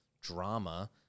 drama